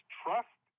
trust